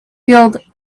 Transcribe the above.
field